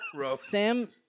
Sam